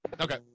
Okay